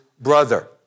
brother